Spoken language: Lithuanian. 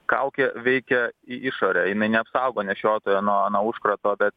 kaukė veikia į išorę jinai neapsaugo nešiotojo nuo nuo užkrato bet